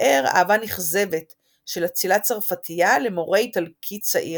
המתאר אהבה נכזבת של אצילה צרפתייה למורה איטלקי צעיר.